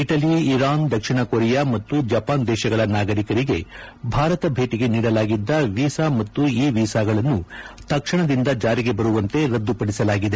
Italy Iran ದಕ್ಷಿಣ Korea ಮತ್ತು Japan ದೇಶಗಳ ನಾಗರಿಕರಿಗೆ ಭಾರತ ಭೇಟಿಗೆ ನೀಡಲಾಗಿದ್ದ ವೀಸಾ ಮತ್ತು ಇ ವೀಸಾಗಳನ್ನು ತಕ್ಷಣದಿಂದ ಜಾರಿಗೆ ಬರುವಂತೆ ರದ್ದುಪದಿಸಲಾಗಿದೆ